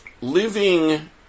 living